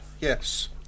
Yes